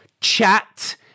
Chat